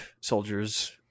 soldiers